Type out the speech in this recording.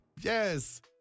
Yes